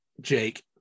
Jake